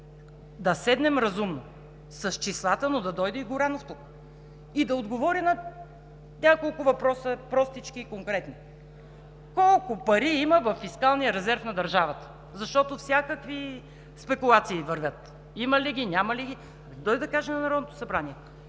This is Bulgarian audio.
да седнем разумно, с числата, но да дойде и Горанов тук и да отговори на няколко въпроса – простички и конкретни: колко пари има във фискалния резерв на държавата, защото всякакви спекулации вървят има ли ги, няма ли ги? Да дойде и да каже на Народното събрание: